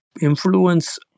influence